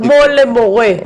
כמו למורה.